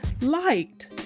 liked